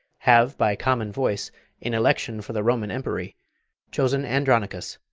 have by common voice in election for the roman empery chosen andronicus,